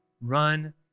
Run